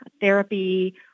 therapy